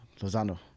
Lozano